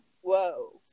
whoa